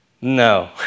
no